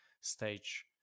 stage